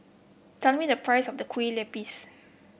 tell me the price of the Kue Lupis